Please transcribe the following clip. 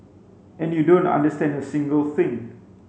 and you don't understand a single thing